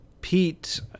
Pete